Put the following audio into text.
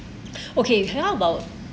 okay how about